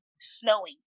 snowing